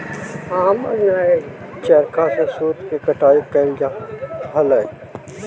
चरखा से सूत के कटाई कैइल जा हलई